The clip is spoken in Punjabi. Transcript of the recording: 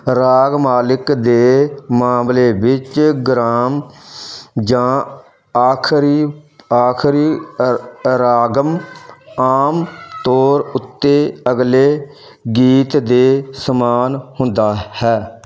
ਰਾਗਮਾਲਿਕ ਦੇ ਮਾਮਲੇ ਵਿੱਚ ਰਾਗਮ ਜਾਂ ਆਖਰੀ ਆਖਰੀ ਰਾਗਮ ਆਮ ਤੌਰ ਉੱਤੇ ਅਗਲੇ ਗੀਤ ਦੇ ਸਮਾਨ ਹੁੰਦਾ ਹੈ